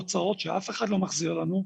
הוצאות שאף אחד לא מחזיר לנו.